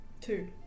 Two